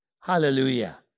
Hallelujah